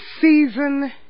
season